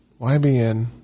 YBN